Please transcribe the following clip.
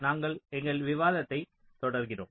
நாங்கள் எங்கள் விவாதத்தை தொடர்கிறோம்